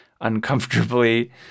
uncomfortably